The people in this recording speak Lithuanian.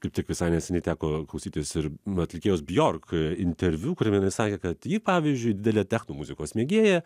kaip tik visai neseniai teko klausytis ir atlikėjos bjork interviu kuriame jinai sakė kad ji pavyzdžiui didelė techno muzikos mėgėja